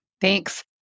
Thanks